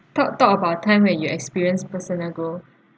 talk talk about time when you experience personal growth